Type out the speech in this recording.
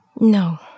No